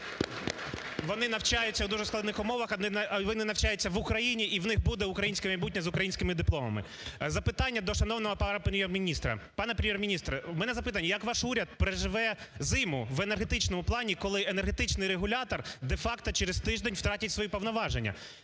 Вони навчаються в дуже складних умовах, але вони навчаються в Україні і в них буде українське майбутнє з українськими дипломами. Запитання до шановного пана Прем'єр-міністра. Пане Прем'єр-міністр, в мене запитання як ваш уряд переживе зиму в енергетичному плані, коли енергетичний регулятор де-факто через тиждень втратять свої повноваження.